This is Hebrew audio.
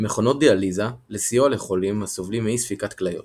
מכונות דיאליזה לסיוע לחולים הסובלים מאי-ספיקת כליות